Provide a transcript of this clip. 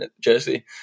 jersey